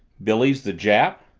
billy's the jap?